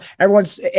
everyone's